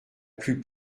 plus